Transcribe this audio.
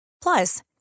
Plus